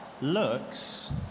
looks